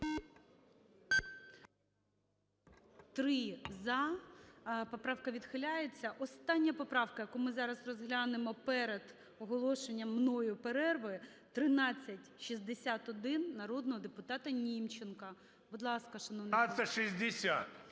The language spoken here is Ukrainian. За-3 Поправка відхиляється. Остання поправка, яку ми зараз розглянемо перед оголошенням мною перерви, 1361 народного депутата Німченка. Будь ласка, шановний…